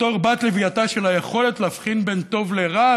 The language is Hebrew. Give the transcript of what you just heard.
בתור בת לווייתה של היכולת להבחין בין טוב לרע,